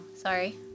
sorry